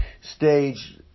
stage